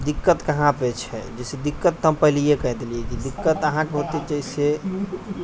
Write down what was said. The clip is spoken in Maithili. दिक्कत कहाँ अबै छै जैसे दिक्कत तऽ हम पहलियै कहि देलियै कि जे दिक्कत अहाँके हौते जैसे